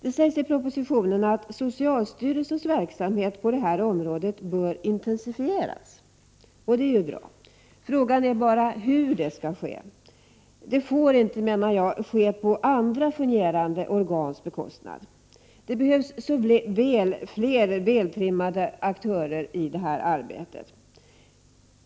Det sägs i propositionen att socialstyrelsens verksamhet på det här området bör intensifieras, och det är ju bra. Frågan är bara hur det skall göras. Det får inte, menar jag, ske på andra fungerande organs bekostnad. Det behövs så väl fler vältrimmade aktörer i det här arbetet.